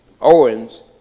Owens